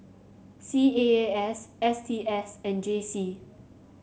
C A A S S T S and J C